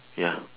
ya